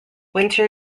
winter